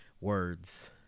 words